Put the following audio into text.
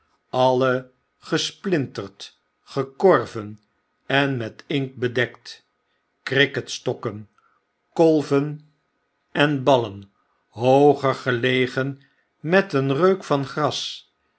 alle gesplinterd gekorven en met inkt bedekt cricketstokken kolyen en ballen hooger gelegen met een reuk van gras